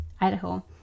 Idaho